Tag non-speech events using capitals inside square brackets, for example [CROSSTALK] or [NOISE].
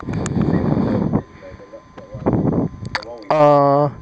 [BREATH] err